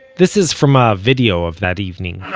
this is from a video of that evening